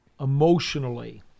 emotionally